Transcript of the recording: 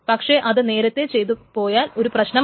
പക്ഷേ അത് നേരത്തെ ചെയ്തു പോയാൽ അത് പ്രശ്നമാണ്